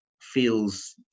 feels